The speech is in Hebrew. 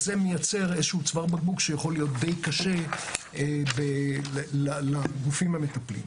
זה מייצר צוואר בקבוק שיכול להיות די קשה לגופים המטפלים.